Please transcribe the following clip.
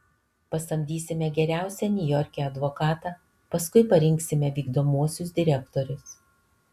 pasamdysime geriausią niujorke advokatą paskui parinksime vykdomuosius direktorius